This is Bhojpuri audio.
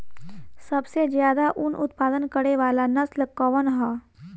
सबसे ज्यादा उन उत्पादन करे वाला नस्ल कवन ह?